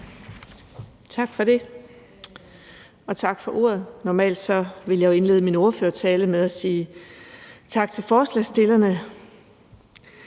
Tak for det, og tak for ordet. Normalt ville jeg jo indlede min ordførertale med at sige tak til forslagsstillerne.